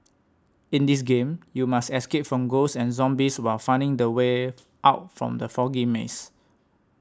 in this game you must escape from ghosts and zombies while finding the way out from the foggy maze